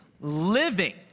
living